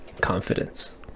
Confidence